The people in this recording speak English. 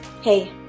Hey